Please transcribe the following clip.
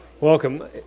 Welcome